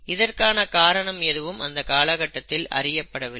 இதற்கான காரணம் எதுவும் அந்த காலகட்டத்தில் அறியப்படவில்லை